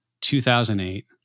2008